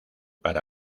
para